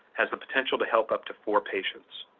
has the potential to help up to four patients.